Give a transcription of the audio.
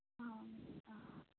ആ ആ